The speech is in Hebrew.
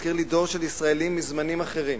מזכיר לי דור של ישראלים מזמנים אחרים.